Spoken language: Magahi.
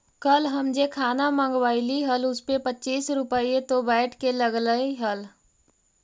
कल हम जे खाना मँगवइली हल उसपे पच्चीस रुपए तो वैट के लगलइ हल